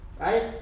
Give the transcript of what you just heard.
right